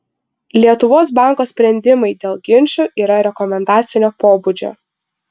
lietuvos banko sprendimai dėl ginčų yra rekomendacinio pobūdžio